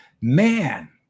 Man